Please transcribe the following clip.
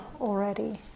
already